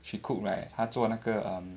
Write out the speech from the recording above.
she cook right 她做那个 um